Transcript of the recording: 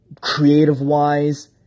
creative-wise